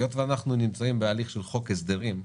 היות ואנחנו נמצאים בהליך של חוק הסדרים,